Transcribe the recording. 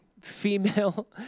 female